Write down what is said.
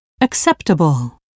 acceptable